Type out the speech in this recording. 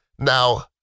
Now